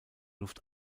luft